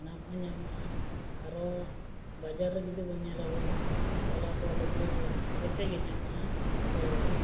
ᱚᱱᱟ ᱠᱚᱦᱚᱸ ᱧᱟᱢᱚᱜᱼᱟ ᱟᱨᱚ ᱵᱟᱡᱟᱨ ᱨᱮ ᱡᱩᱫᱤᱵᱚᱱ ᱧᱮᱞ ᱟᱵᱚᱱ ᱡᱷᱚᱞᱟᱠᱚ ᱞᱩᱜᱽᱲᱤᱠᱚ ᱡᱮᱛᱮᱜᱮ ᱧᱟᱢᱚᱜᱼᱟ ᱛᱳ